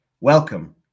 Welcome